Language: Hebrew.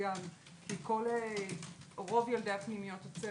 מצוין כי רוב ילדי הפנימיות אצלנו.